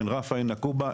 עין רפא ועין נקובא,